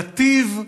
נתיב,